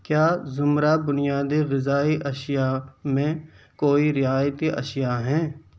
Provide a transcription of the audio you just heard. کیا زمرہ بنیادی غذائی اشیا میں کوئی رعایتی اشیا ہیں